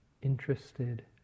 interested